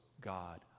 God